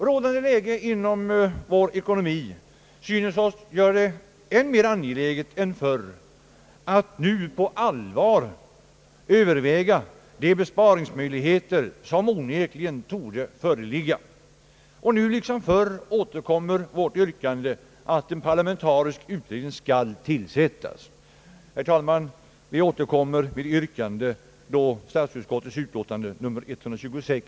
Rådande läge inom vår ekonomi, synes det oss, gör det än mera angeläget än förr att nu på allvar överväga de besparingsmöjligheter som onekligen torde föreligga, och nu liksom förr återkommer vårt yrkande att en parlamentarisk utredning skall tillsättas. Herr talman! Jag ber att få yrka bifall till reservationerna vid statsutskottets utlåtande nr 126.